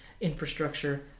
infrastructure